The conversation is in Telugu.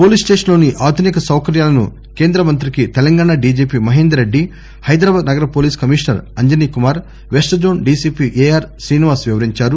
పోలీసు స్టేషన్ లోని ఆధునిక సౌకర్యాలను కేంద్ర మంత్రికి తెలంగాణ డీజీపీ మహేందర్ రెడ్డి హైదరాబాద్ నగర police commissioner Anjani Kumar west zone DCP A R Srinivas వివరించారు